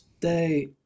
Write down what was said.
day